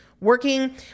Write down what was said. working